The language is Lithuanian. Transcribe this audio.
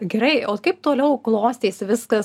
gerai o kaip toliau klostėsi viskas